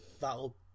that'll